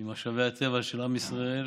ממשאבי הטבע של עם ישראל